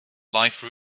life